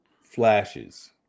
flashes